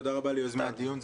תודה רבה ליוזמי הדיון,